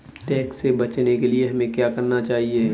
Tax से बचने के लिए हमें क्या करना चाहिए?